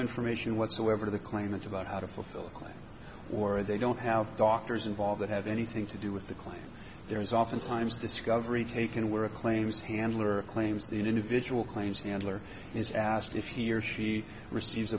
information whatsoever to the claimant about how to fulfill a claim or they don't have doctors involved that have anything to do with the client there is often times discovery taken where a claims handler claims the individual claims handler is asked if he or she receives